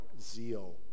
zeal